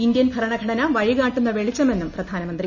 Indian ഭരണഘടന വഴികാട്ടുന്ന വെളിച്ചമെന്നും പ്രധാനമന്ത്രി